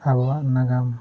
ᱟᱵᱚᱣᱟᱜ ᱱᱟᱜᱟᱢ